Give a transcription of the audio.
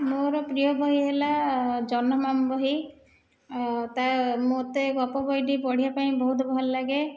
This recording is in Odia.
ମୋର ପ୍ରିୟ ବହି ହେଲା ଜହ୍ନମାମୁଁ ବହି ତା' ମୋତେ ଗପ ବହି ଟି ପଢ଼ିବା ପାଇଁ ବହୁତ ଭଲଲାଗେ